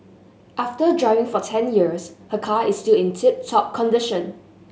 after driving for ten years her car is still in tip top condition